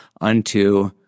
unto